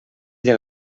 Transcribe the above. del